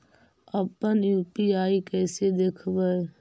अपन यु.पी.आई कैसे देखबै?